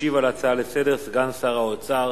ישיב על ההצעה לסדר-היום סגן שר האוצר